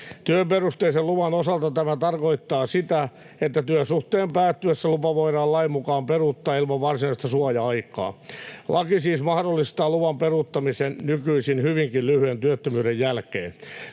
Työperusteisen luvan osalta tämä tarkoittaa sitä, että työsuhteen päättyessä lupa voidaan lain mukaan peruuttaa ilman varsinaista suoja-aikaa. Laki siis mahdollistaa luvan peruuttamisen nykyisin hyvinkin lyhyen työttömyyden jälkeen.